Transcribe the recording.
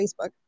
Facebook